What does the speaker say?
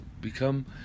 Become